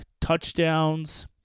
touchdowns